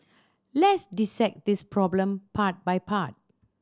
let's dissect this problem part by part